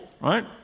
right